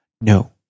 No